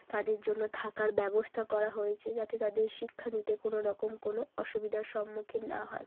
তাদের জন্য থাকার বাবস্থা করা হয়েছে যাতে তাদের শিক্ষা নিতে কোনোরকম কোনো অসুবিধার সম্মুখীন না হয়